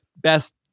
best